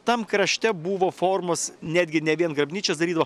tam krašte buvo formos netgi ne vien grabnyčias darydavo